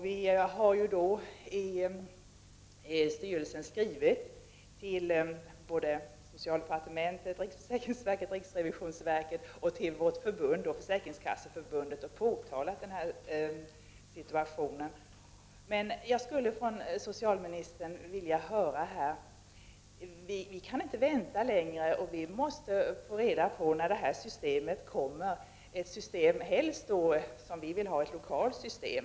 Vi har då från styrelsen skrivit till både socialdepartementet, riksförsäkringsverket, riksrevisionsverket och vårt förbund, Försäkringskasseförbundet, och påtalat situationen. Vi kan inte vänta längre, och jag skulle vilja att socialministern talade om när det kommer ett nytt system, helst ett lokalt system.